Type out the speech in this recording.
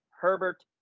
Herbert